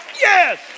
Yes